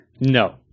No